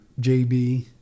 JB